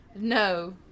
No